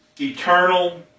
eternal